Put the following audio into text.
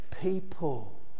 people